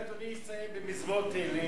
אולי אדוני יסיים במזמור תהילים?